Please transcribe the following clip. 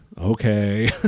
Okay